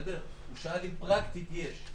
הוא שאל אם פרקטית יש.